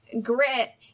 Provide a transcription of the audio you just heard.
grit